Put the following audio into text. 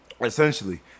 Essentially